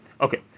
Okay